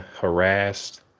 harassed